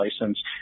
license